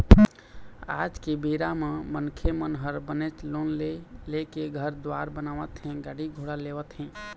आज के बेरा म मनखे मन ह बनेच लोन ले लेके घर दुवार बनावत हे गाड़ी घोड़ा लेवत हें